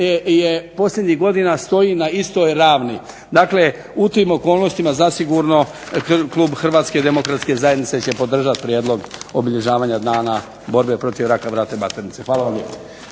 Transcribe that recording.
posljednjih godina stoji na istoj ravni. Dakle u tim okolnostima zasigurno klub Hrvatske demokratske zajednice će podržati prijedlog obilježavanja dana borbe protiv raka vrata maternice. Hvala vam